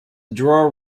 drawer